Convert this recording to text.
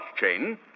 chain